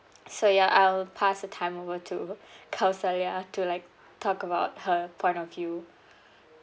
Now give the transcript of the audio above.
so ya I'll pass the time over to kauselya to like talk about her point of view